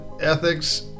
ethics